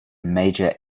major